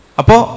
apo